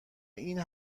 این